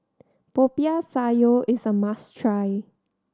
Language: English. Popiah Sayur is a must try